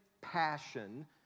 passion